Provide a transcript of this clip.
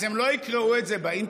אז הם לא יקראו את זה באינטרנט?